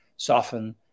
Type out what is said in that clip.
soften